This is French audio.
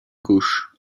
gauche